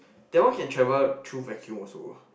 that one can travel through vacuum also